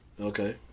Okay